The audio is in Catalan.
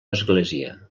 església